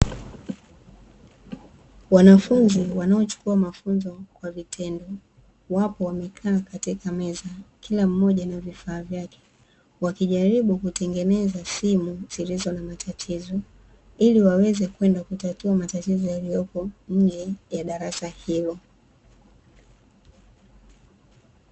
Wanafunzi wanaochukua mafunzo kwa vitendo, wapo wamekaa katika meza. Kila mmoja na vifaa vyake, wakijaribu kutengeneza simu zilizo na matatizo ili waweze kwenda kutatua matatizo yaliyopo nje ya darasa hilo.